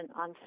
on